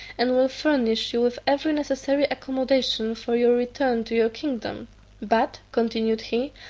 and will furnish you with every necessary accommodation for your return to your kingdom but, continued he,